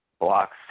blocks